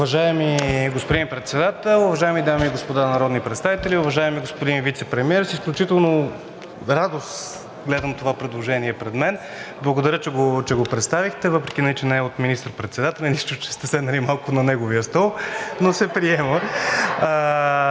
Уважаеми господин Председател, уважаеми дами и господа народни представители, уважаеми господин Вицепремиер! С изключителна радост гледам това предложение пред мен. Благодаря, че го представихте, въпреки че не е от министър-председателя – нищо, че сте седнали малко на неговия стол, но се приема.